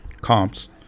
comps